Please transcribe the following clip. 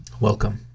Welcome